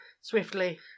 swiftly